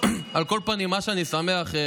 מה שאני שמח,